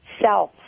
self